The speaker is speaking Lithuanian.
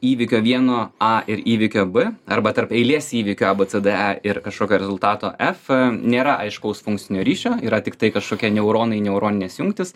įvykio vieno a ir įvykio b arba tarp eilės įvykių a b c d e ir kažkokio rezultato ef nėra aiškaus funkcinio ryšio yra tiktai kažkokie neuronai neuroninės jungtys